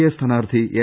A സ്ഥാനാർത്ഥി N